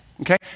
Okay